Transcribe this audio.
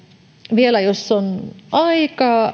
vielä jos on aikaa